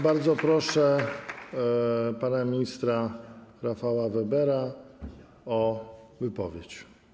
Bardzo proszę pana ministra Rafała Webera o wypowiedź.